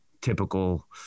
typical